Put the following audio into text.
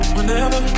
Whenever